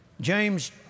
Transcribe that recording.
James